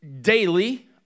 daily